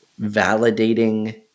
validating